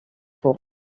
pour